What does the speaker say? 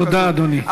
תודה, אדוני.